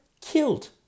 killed